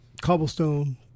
cobblestone